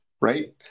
Right